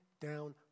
down